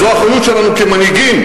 זו האחריות שלנו כמנהיגים,